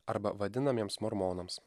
arba vadinamiems mormonams